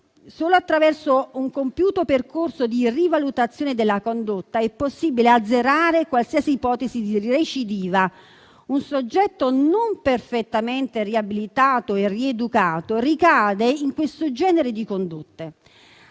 Solo attraverso un compiuto percorso di rivalutazione della condotta è possibile azzerare qualsiasi ipotesi di recidiva. Un soggetto non perfettamente riabilitato e rieducato ricade in questo genere di condotte.